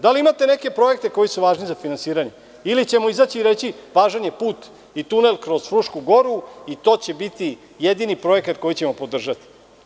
Da li imate neke projekte koji su važni za finansiranje ili ćemo izaći i reći – važan je put i tunel kroz Frušku goru i to će biti jedini projekat koji ćemo podržati.